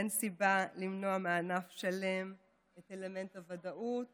אין סיבה למנוע מענף שלם את אלמנט הוודאות